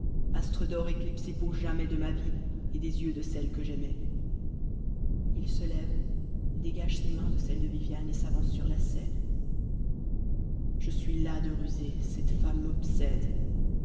astre d'or écupsé pour jamais de ma vie et des yeux de celle que j'aimais m m mmm f m a m mw hwmwm t je suis las de ruser cette femme m'obsède